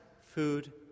food